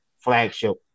flagship